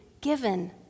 given